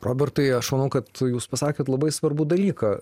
robertai aš manau kad jūs pasakėt labai svarbų dalyką